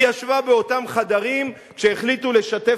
היא ישבה באותם חדרים כשהחליטו לשתף